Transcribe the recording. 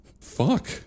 Fuck